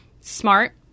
smart